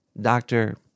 doctor